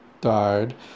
died